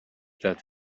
that